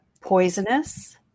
poisonous